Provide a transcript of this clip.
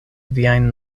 viajn